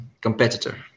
competitor